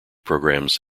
programs